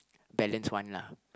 balanced one lah